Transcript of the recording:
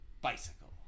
Bicycle